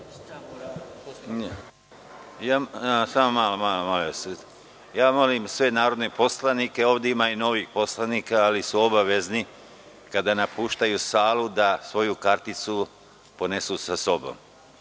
Molim sve narodne poslanike, ovde ima i novih poslanika, ali su obavezni kada napuštaju salu da svoju karticu ponesu sa sobom.